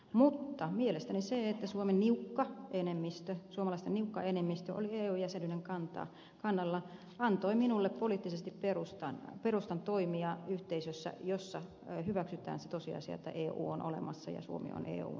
mutta mielestäni se että suomalaisten niukka enemmistö oli eu jäsenyyden kannalla antoi minulle poliittisesti perustan toimia yhteisössä jossa hyväksytään se tosiasia että eu on olemassa ja suomi on eun jäsen